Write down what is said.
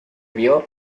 vio